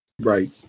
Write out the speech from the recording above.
Right